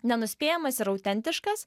nenuspėjamas ir autentiškas